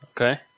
Okay